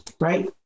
right